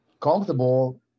comfortable